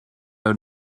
have